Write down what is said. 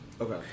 Okay